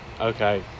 okay